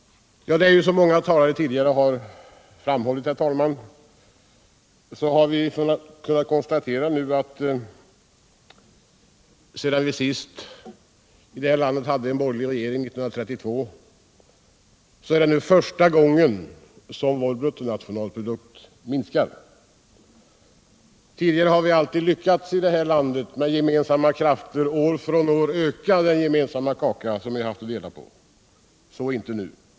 Som många tidigare talare har framhållit har vi kunnat konstatera, att sedan vi senast 1932 hade en borgerlig regering i landet är det nu första gången som vår BNP minskar. Tidigare har vi alltid i detta land lyckats att med gemensamma krafter år från år öka den gemensamma kaka vi haft att dela på.